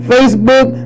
Facebook